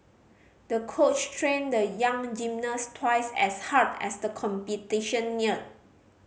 the coach trained the young gymnast twice as hard as the competition neared